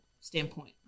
standpoint